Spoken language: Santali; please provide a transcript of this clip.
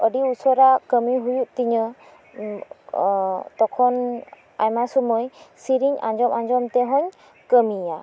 ᱟᱰᱤ ᱩᱥᱟᱹᱨᱟ ᱠᱟᱢᱤ ᱦᱩᱭᱩᱜ ᱛᱤᱧᱟᱹ ᱛᱚᱠᱷᱚᱱ ᱚᱱᱟ ᱥᱩᱢᱟᱹᱭ ᱥᱮᱨᱮᱧ ᱟᱸᱡᱚᱢ ᱟᱸᱡᱚᱢ ᱛᱮᱦᱚᱸᱧ ᱠᱟᱢᱤᱭᱟ